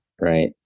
right